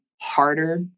harder